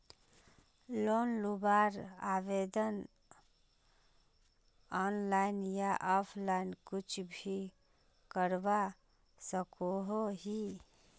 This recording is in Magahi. लोन लुबार आवेदन ऑनलाइन या ऑफलाइन कुछ भी करवा सकोहो ही?